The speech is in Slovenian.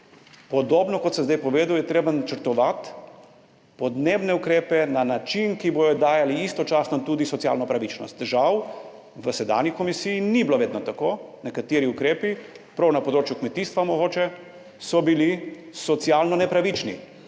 Podobno, kot sem zdaj povedal, je treba načrtovati podnebne ukrepe na način, ki bodo dajali istočasno tudi socialno pravičnost. Žal v sedanji komisiji ni bilo vedno tako. Nekateri ukrepi, prav na področju kmetijstva, mogoče, so bili socialno nepravični.